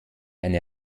eine